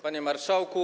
Panie Marszałku!